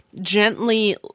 gently